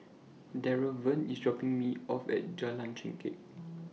Draven IS dropping Me off At Jalan Chengkek